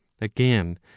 again